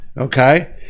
okay